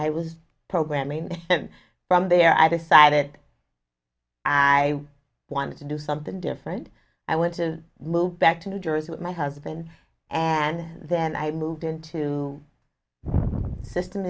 i was programming from there i decided i wanted to do something different i want to move back to new jersey with my husband and then i moved into the system